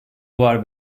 var